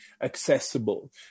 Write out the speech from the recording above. accessible